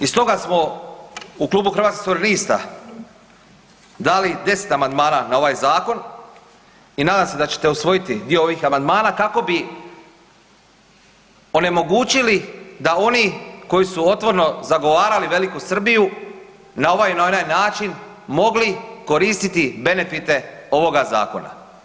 I stoga smo u klubu Hrvatskih suverenista dali 10 amandmana na ovaj zakon i nadam se da ćete usvojiti dio ovih amandmana kako bi onemogućili da oni koji su otvoreno zagovarali Veliku Srbiju na ovaj ili onaj način mogli koristiti benefite ovoga zakona.